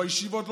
בישיבות,